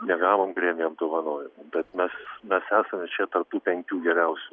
negavom premijų apdovanojimų bet mes mes esame čia tarp tų penkių geriausių